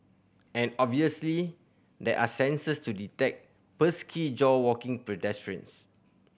and obviously there are sensors to detect pesky jaywalking pedestrians